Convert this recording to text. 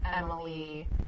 Emily